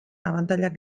abantailak